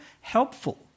helpful